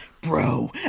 bro